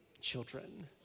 children